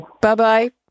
Bye-bye